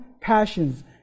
passions